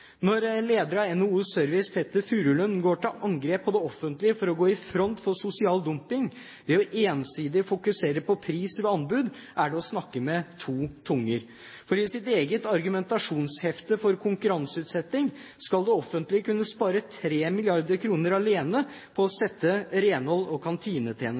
Når leder av NHO Service, Petter Furulund, går til angrep på det offentlige for å gå i front for sosial dumping ved ensidig å fokusere på pris ved anbud, er det å snakke med to tunger, for i sitt eget argumentasjonshefte for konkurranseutsetting skal det offentlige kunne spare 3 mrd. kr alene på å sette renholds- og